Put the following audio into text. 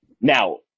Now